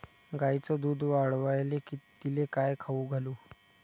गायीचं दुध वाढवायले तिले काय खाऊ घालू?